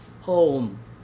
home